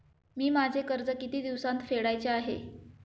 मी माझे कर्ज किती दिवसांत फेडायचे आहे?